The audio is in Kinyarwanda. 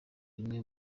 rimwe